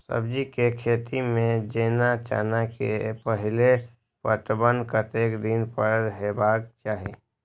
सब्जी के खेती में जेना चना के पहिले पटवन कतेक दिन पर हेबाक चाही?